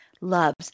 loves